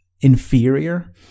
inferior